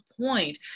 point